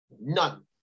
none